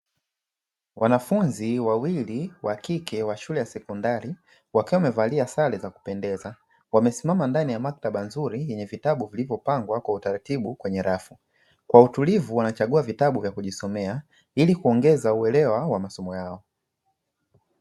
Wanafunzi wawili wa kike wa shule ya sekondari wakiwa wamevalia sare za kupendeza, wamesimama ndani ya maktaba nzuri yenye vitabu vilivyopangwa kwa utaratibu kwenye rafu, kwa utulivu wanachagua vitabu vya kujisomea ili kuongeza uelewa wa masomo yao.